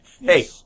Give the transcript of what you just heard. Hey